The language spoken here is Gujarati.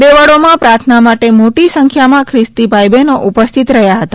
દેવળોમાં પ્રાર્થના માટે મોટી સંખ્યામાં ખ્રિસ્તી ભાઇબહેનો ઉપસ્થિત રહ્યા હતા